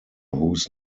whose